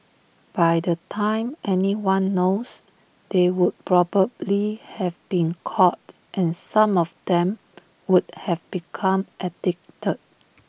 by the time anyone knows they would probably have been caught and some of them would have become addicted